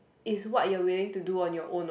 is what you willing to do on your own what